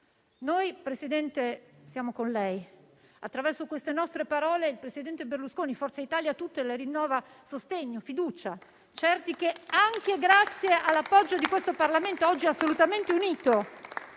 del Consiglio, siamo con lei. Attraverso queste nostre parole il presidente Berlusconi e Forza Italia tutta le rinnovano sostegno e fiducia, certi che, anche grazie all'appoggio di questo Parlamento, oggi assolutamente unito,